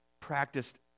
practiced